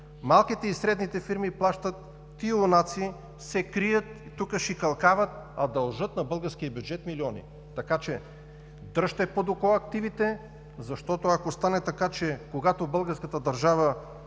малките и средните фирми плащат, а тия юнаци се крият, тук шикалкавят, а дължат на българския бюджет милиони. Дръжте под око активите, защото, ако стане така, че когато българската държава,